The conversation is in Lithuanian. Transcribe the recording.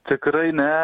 tikrai ne